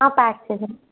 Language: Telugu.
ప్యాక్ చేసెయ్యండి